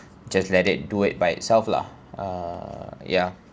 just let it do it by itself lah err ya